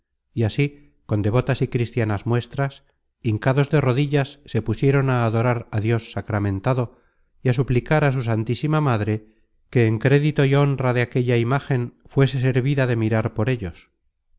y así con devotas y cristianas muestras hincados de rodillas se pusieron content from google book search generated at á adorar á dios sacramentado y á suplicar á su santísima madre que en crédito y honra de aquella imágen fuese servida de mirar por ellos